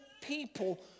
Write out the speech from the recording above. people